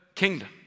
kingdom